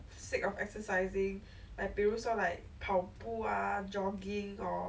then after that go inside right then like !wah! so 凶 leh like I also don't want to do